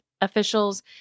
officials